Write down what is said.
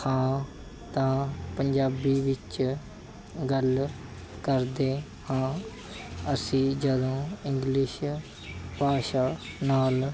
ਹਾਂ ਤਾਂ ਪੰਜਾਬੀ ਵਿੱਚ ਗੱਲ ਕਰਦੇ ਹਾਂ ਅਸੀਂ ਜਦੋਂ ਇੰਗਲਿਸ਼ ਭਾਸ਼ਾ ਨਾਲ